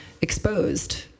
exposed